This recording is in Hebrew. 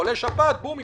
אתה חולה שפעת בום,